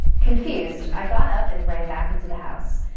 confused, i got up and ran back into the house.